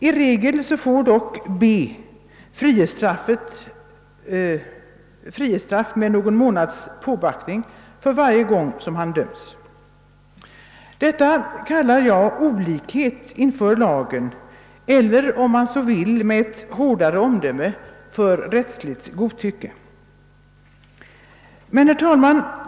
I regel får dock B frihetsstraff med någon månads påbackning för varje gång som han döms. Detta kallar jag olikhet inför lagen — eller, för att använda ett hårdare omdöme, rättsligt godtycke.